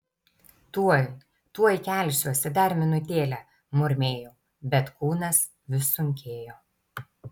tuoj tuoj kelsiuosi dar minutėlę murmėjau bet kūnas vis sunkėjo